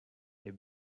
est